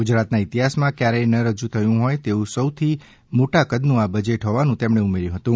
ગુજરાતના ઇતિહાસમાં ક્યારેય ન રજૂ થયું હોય તેવું સૌથી મોટા કદનું આ બજેટ હોવાનું તેમણે ઉમેર્યું હતું